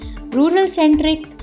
Rural-centric